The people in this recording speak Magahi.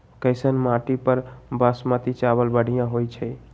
कैसन माटी पर बासमती चावल बढ़िया होई छई?